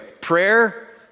Prayer